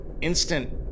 instant